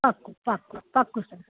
પાકું પાકું પાકું સર